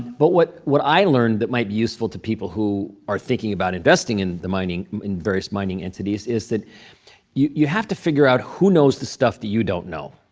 but what what i learned that might be useful to people who are thinking about investing in the mining in various mining entities is that you you have to figure out who knows the stuff that you don't know.